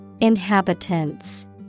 Inhabitants